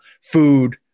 food